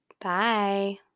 Bye